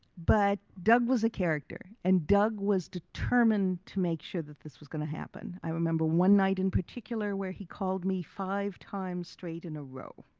but doug was a character and doug was determined to make sure that this was going to happen. i remember one night in particular where he called me five times straight in a row.